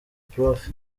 prof